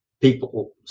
people